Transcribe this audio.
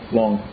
long